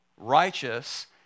righteous